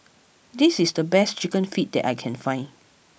this is the best Chicken Feet that I can find